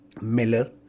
Miller